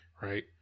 right